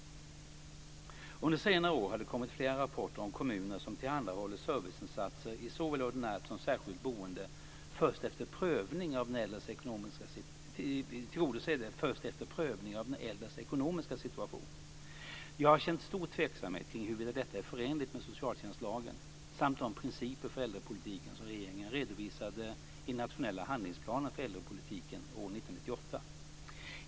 Under senare år har det kommit flera rapporter om kommuner som tillhandahåller serviceinsatser i såväl ordinärt som särskilt boende först efter prövning av den äldres ekonomiska situation. Jag har känt stor tveksamhet kring huruvida detta är förenligt med socialtjänstlagen samt de principer för äldrepolitiken som regeringen redovisade i Nationella handlingsplanen för äldrepolitiken år 1998.